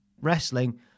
wrestling